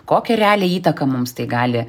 kokią realią įtaką mums tai gali